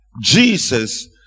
Jesus